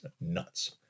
nuts